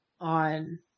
on